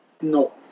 No